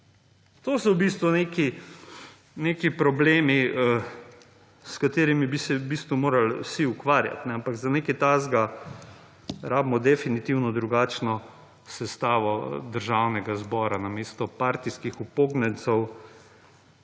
To so v bistvu neki problemi, s katerimi bi se v bistvu morali vsi ukvarjati, ampak za nekaj takega rabimo definitivno drugačno sestavo Državnega zbora. Namesto partijskih upognjencev